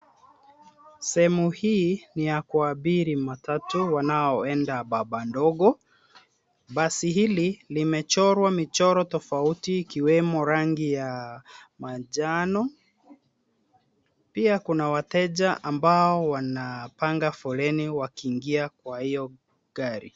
Sehemu hii ni ya kuabiri matatu wanaoenda baba ndogo. Basi hili limechorwa michoro tofauti ikiwemo rangi ya manjano. Pia kuna wateja ambao wanapanga poleni wakiingia kwa hiyo gari.